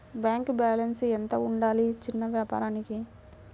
Bank balance ఎంత ఉండాలి చిన్న వ్యాపారానికి?